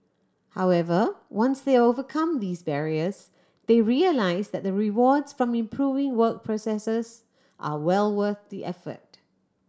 however once they overcome these barriers they realise that the rewards from improving work processes are well worth the effort